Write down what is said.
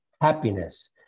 happiness